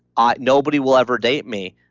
ah nobody will ever date me.